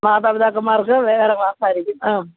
മാതാപിതാക്കമ്മാര്ക്ക് വേറെ ക്ലാസ്സായിരിക്കും ആ